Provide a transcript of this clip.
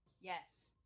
Yes